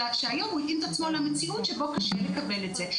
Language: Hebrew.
אלא שהיום הוא התאים את עצמו למציאות שבה קשה לקבל את זה.